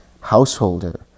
Householder